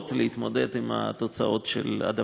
להתמודד עם התוצאות של ה-adaptation.